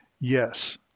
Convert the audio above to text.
yes